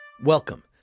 Welcome